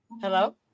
Hello